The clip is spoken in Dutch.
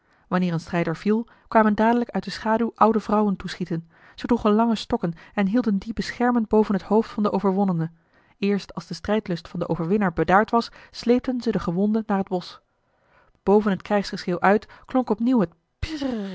wanneer een strijder viel kwamen dadelijk uit de schaduw oude vrouwen toeschieten ze droegen lange stokken en hielden die beschermend boven het hoofd van den overwonnene eerst als de strijdlust van den overwinnaar bedaard was sleepten ze den gewonde naar het bosch boven het krijgsgeschreeuw uit klonk opnieuw